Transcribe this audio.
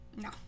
no